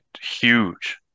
huge